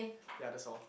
ya that's all